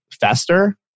fester